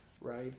Right